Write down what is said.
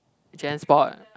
JanSport